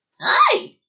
Hi